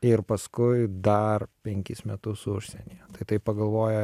ir paskui dar penkis metus užsienyje tai taip pagalvoja